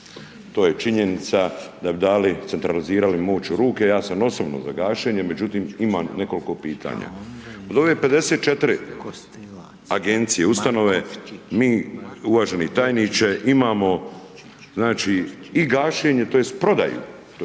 to je činjenica, da bi dali, centralizirali moć u ruke. Ja sam osobno za gašenje, međutim, imam nekoliko pitanja. Od ove 54 Agencije, Ustanove, mi, uvaženi tajniče, imamo, znači, i gašenje tj. prodaju,